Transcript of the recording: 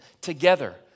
together